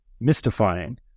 mystifying